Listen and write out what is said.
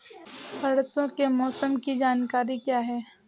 परसों के मौसम की जानकारी क्या है?